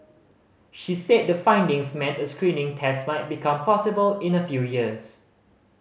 she said the findings meant a screening test might become possible in a few years